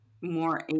more